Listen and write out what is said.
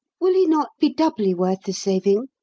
will he not be doubly worth the saving?